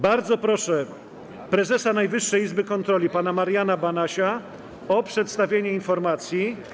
Bardzo proszę prezesa Najwyższej Izby Kontroli pana Mariana Banasia o przedstawienie informacji.